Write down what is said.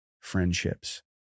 friendships